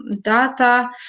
data